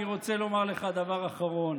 ואני רוצה לומר לך דבר אחרון,